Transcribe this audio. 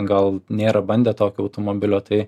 gal nėra bandę tokio automobilio tai